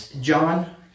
John